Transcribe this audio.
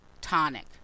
tonic